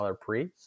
pre